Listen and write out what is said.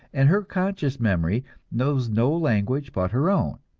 and her conscious memory knows no language but her own,